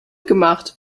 gemacht